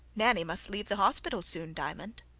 nanny must leave the hospital soon, diamond.